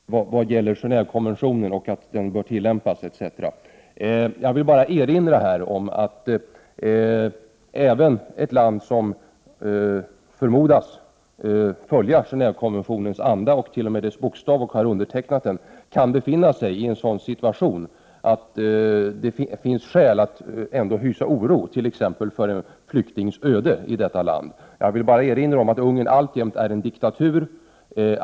Herr talman! Maj-Lis Lööw och jag är säkerligen överens vad gäller Genéevekonventionen, hur den bör tillämpas etc. Jag vill bara erinra om att även ett land som förmodas följa Gen&vekonventionens anda och bokstav och som har undertecknat den kan befinna sig i en sådan situation att det kan finnas skäl att visa oro t.ex. för en flyktings öde i det landet. Jag vill bara erinra om att Ungern alltjämt är en diktatur.